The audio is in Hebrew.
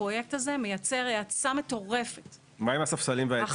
הפרויקט הזה מייצר האצה מטורפת -- מה עם הספסלים והעצים?